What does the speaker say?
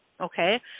okay